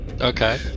Okay